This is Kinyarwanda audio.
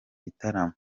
gitaramo